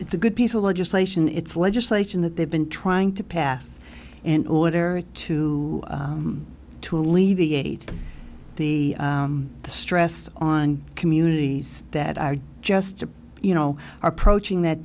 it's a good piece of legislation it's legislation that they've been trying to pass an order to to alleviate the stress on communities that are just you know are protein that